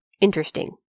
interesting